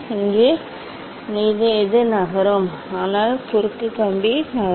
இங்கே எது நகரும் அதனால் குறுக்கு கம்பி நகரும்